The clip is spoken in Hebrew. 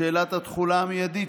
שאלת התחולה המיידית.